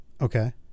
Okay